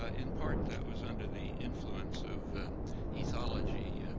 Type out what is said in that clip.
ah in part that was under the influence of ethology,